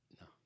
No